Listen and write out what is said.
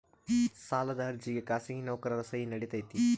ಸಾಲದ ಅರ್ಜಿಗೆ ಖಾಸಗಿ ನೌಕರರ ಸಹಿ ನಡಿತೈತಿ?